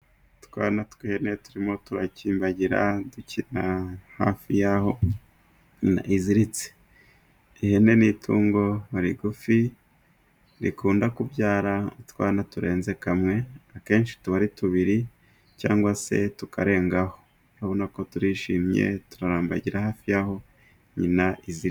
Utwana tw'ihene turimo turakimbagira dukina hafi yaho nyina iziritse. Ihene ni itungo rigufi rikunda kubyara utwana turenze kamwe, akenshi tuba ari tubiri cyangwa se tukarengaho, turabona ko turishimye turambagira hafi y'aho nyina iziritse.